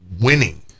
winning